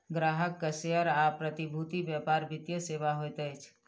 ग्राहक के शेयर आ प्रतिभूति व्यापार वित्तीय सेवा होइत अछि